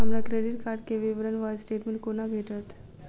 हमरा credit card केँ विवरण वा स्टेटमेंट कोना भेटत?